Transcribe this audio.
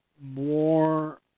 more